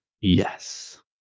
yes